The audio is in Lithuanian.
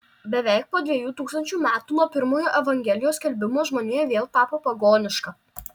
beveik po dviejų tūkstančių metų nuo pirmojo evangelijos skelbimo žmonija vėl tapo pagoniška